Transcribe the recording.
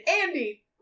Andy